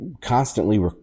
constantly